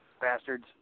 bastards